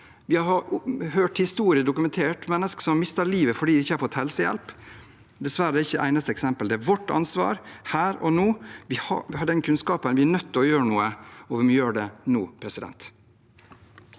Vi har hørt historier og fått dokumentert at mennesker har mistet livet fordi de ikke har fått helsehjelp. Dessverre er det ikke det eneste eksempelet. Det er vårt ansvar her og nå. Vi har kunnskapen, vi er nødt til å gjøre noe, og vi må gjøre det nå.